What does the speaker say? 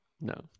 No